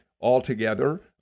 altogether